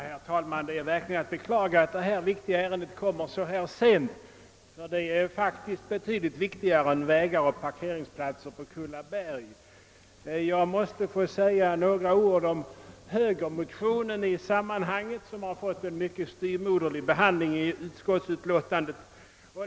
Herr talman! Det är verkligen att beklaga att detta viktiga ärende kommer så sent, ty det är faktiskt betydligt viktigare än vägar och parkeringsplatser på Kullaberg. Jag måste få säga några ord om högermotionen, som fått en mycket styvmoderlig behandling i utskottsutlåtandet.